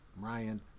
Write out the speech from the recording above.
Ryan